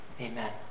Amen